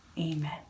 amen